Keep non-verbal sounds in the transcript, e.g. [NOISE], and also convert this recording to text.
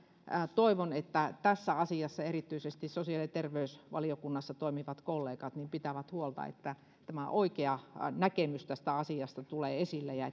toivon että tässä asiassa erityisesti sosiaali ja terveysvaliokunnassa toimivat kollegat pitävät huolta että tämä oikea näkemys tästä asiasta tulee esille ja [UNINTELLIGIBLE]